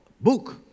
book